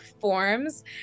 forms